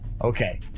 Okay